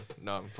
No